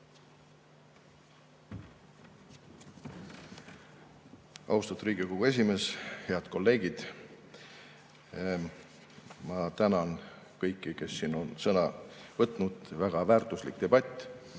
Austatud Riigikogu esimees! Head kolleegid! Ma tänan kõiki, kes siin on sõna võtnud. Väga väärtuslik debatt.